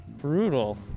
Brutal